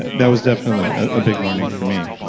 that was definitely a big learning for me.